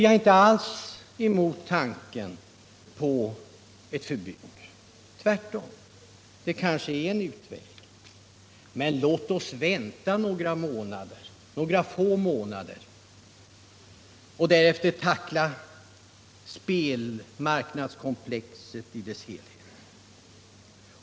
Jag är inte alls emot tanken på ett förbud, tvärtom. Det är kanske en utväg, men låt oss vänta några få månader och därefter tackla spelmarknadskomplexet i dess helhet.